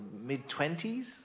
mid-twenties